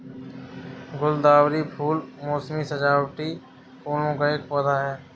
गुलदावरी फूल मोसमी सजावटी फूलों का एक पौधा है